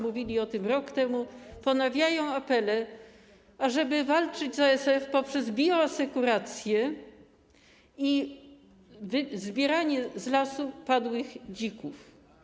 Mówili o tym rok temu, a teraz ponawiają apele, ażeby walczyć z ASF poprzez bioasekurację i zabieranie z lasu padłych dzików.